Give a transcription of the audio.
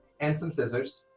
and some scissors,